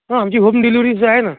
हो आमची होम डिलिव्हरीच आहे ना